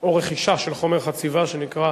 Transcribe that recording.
או רכישה של חומר חציבה שנכרה